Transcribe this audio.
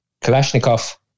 Kalashnikov